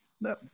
no